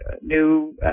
new